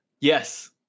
Yes